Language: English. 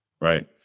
right